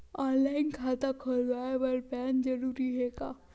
Online खाता खुलवाय बर पैन जरूरी हे का?